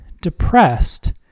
depressed